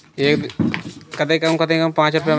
बिजली का बिल जमा करने की विधि बताइए?